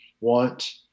want